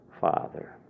Father